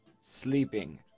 sleeping